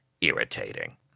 irritating